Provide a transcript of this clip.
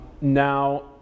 Now